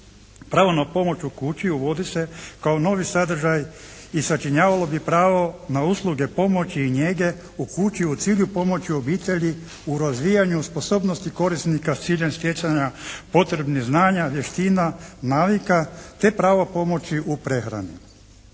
Pravo na pomoć u kući uvodi se kao novi sadržaj i sačinjavalo bi pravo na usluge pomoći i njege u kući u cilju pomoći obitelji u razvijanju sposobnosti korisnika s ciljem stjecanja potrebnih znanja, vještina, navika te pravo pomoći u prehrani.